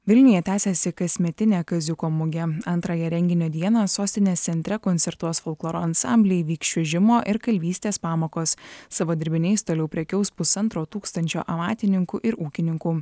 vilniuje tęsiasi kasmetinė kaziuko mugė antrąją renginio dieną sostinės centre koncertuos folkloro ansambliai vyks čiuožimo ir kalvystės pamokos savo dirbiniais toliau prekiaus pusantro tūkstančio amatininkų ir ūkininkų